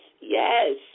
Yes